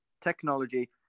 technology